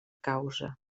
causa